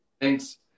Thanks